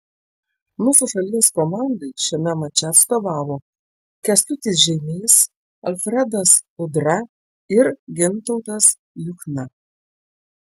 mūsų šalies komandai šiame mače atstovavo kęstutis žeimys alfredas udra ir gintautas juchna